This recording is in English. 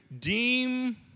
deem